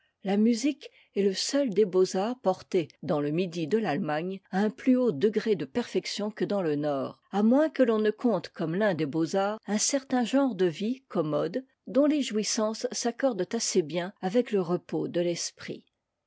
la musique est le seul des beaux-arts porté dans le midi de l'allemagne à un plus haut degré de perfection que dans le nord à moins que l'on ne compte comme l'un des beaux-arts un certain genre de vie commode dont les jouissances s'accordent assez bien avec le repos de l'esprit